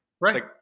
Right